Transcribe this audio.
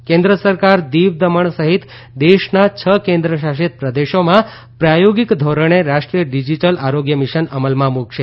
આરોગ્ય મિશન કેન્દ્ર સરકાર દીવ દમણ સહિત દેશના છ કેન્દ્ર શાસિત પ્રદેશોમાં પ્રાયોગિક ધોરણે રાષ્ટ્રીય ડિજીટલ આરોગ્ય મિશન અમલમાં મુકશે